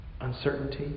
Uncertainty